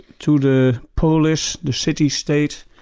to the polis, the city-state,